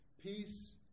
Peace